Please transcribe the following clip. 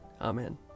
Amen